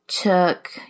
took